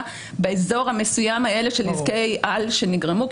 באזור המסוים הזה של נזקי על שנגרמו,